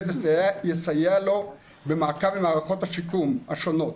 ויסייע לו במעקב עם מערכות השיקום השונות.